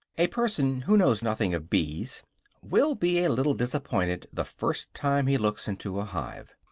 a person who knows nothing of bees will be a little disappointed the first time he looks into a hive.